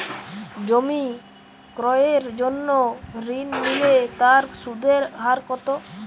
জমি ক্রয়ের জন্য ঋণ নিলে তার সুদের হার কতো?